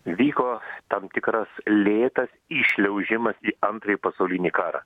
vyko tam tikras lėtas įšliaužimas į antrąjį pasaulinį karą